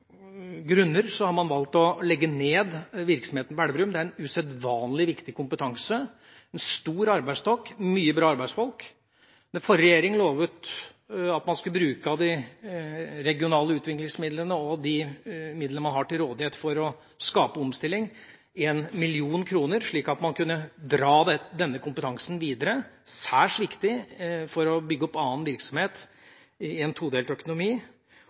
grunner har man valgt å legge ned virksomheten på Elverum. De har en usedvanlig viktig kompetanse, en stor arbeidsstokk og mye bra arbeidsfolk. Den forrige regjeringa lovet at man skulle bruke av de regionale utviklingsmidlene og de midlene man har til rådighet, 1 mill. kr, for å skape omstilling, slik at man kunne dra denne kompetansen videre. Det er særs viktig for å bygge opp annen virksomhet i en todelt økonomi.